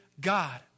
God